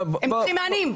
הם צריכים מענים.